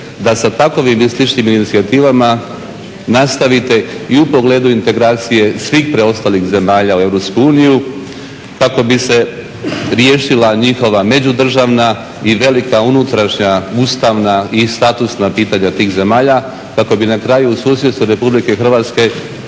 da sa takovim i sličnim inicijativama nastavite i u pogledu integracije svih preostalih zemalja u Europsku uniju kako bi se riješila njihova međudržavna i velika unutrašnja ustavna i statusna pitanja tih zemlja, kako bi na kraju u susjedstvu Republike Hrvatske